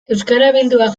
euskarabildua